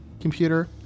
computer